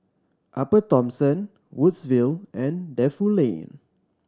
Upper Thomson Woodsville and Defu Lane